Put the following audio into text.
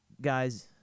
guys